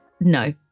No